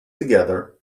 together